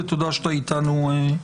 ותודה שאתה נמצא אתנו כאן.